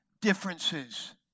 differences